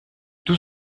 tout